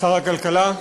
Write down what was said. שר הכלכלה?